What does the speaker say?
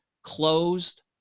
closed